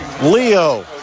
Leo